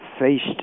faced